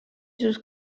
sus